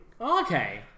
Okay